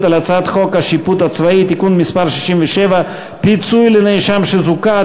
על הצעת חוק השיפוט הצבאי (תיקון מס' 67) (פיצוי לנאשם שזוכה),